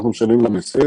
לה אנחנו משלמים מסים,